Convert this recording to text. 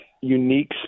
unique